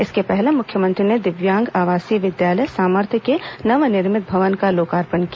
इसके पहले मुख्यमंत्री ने दिव्यांग आवासीय विद्यालय सामर्थ्य के नवनिर्मित भवन का लोकार्पण किया